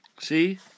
See